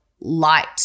light